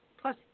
Plus